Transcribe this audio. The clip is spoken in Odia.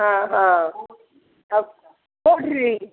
ହଁ ହଁ ଆଉ କୋଉଠି